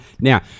Now